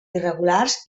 irregulars